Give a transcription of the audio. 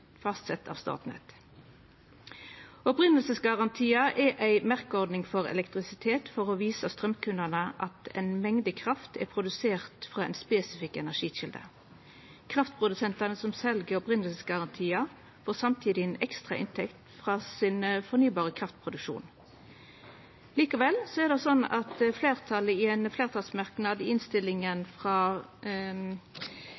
fastsett av Statnett. Opphavsgarantiar er ei merkeordning for elektrisitet for å visa straumkundane at ei mengd kraft er produsert frå ei spesifikk energikjelde. Kraftprodusentar som sel opphavsgarantiar, får samtidig ei ekstra inntekt frå sin fornybare kraftproduksjon. Likevel er det slik at fleirtalet i ein merknad i